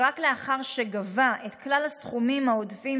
ורק לאחר שגבה את כלל הסכומים העודפים